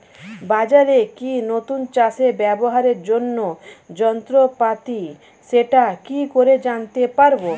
বাজারে কি নতুন চাষে ব্যবহারের জন্য যন্ত্রপাতি সেটা কি করে জানতে পারব?